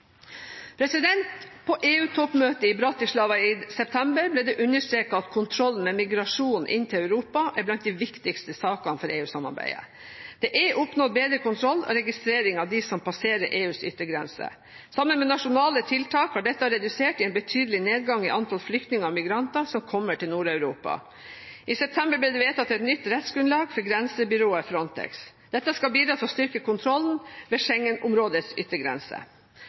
På EU-toppmøtet i Bratislava i september ble det understreket at kontrollen med migrasjonen inn til Europa er blant de viktigste sakene for EU-samarbeidet. Det er oppnådd bedre kontroll og registrering av dem som passerer EUs yttergrenser. Sammen med nasjonale tiltak har dette resultert i en betydelig nedgang i antall flyktninger og migranter som kommer til Nord-Europa. I september ble det vedtatt et nytt rettsgrunnlag for grensebyrået Frontex. Dette skal bidra til å styrke kontrollen ved Schengen-områdets yttergrense.